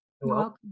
welcome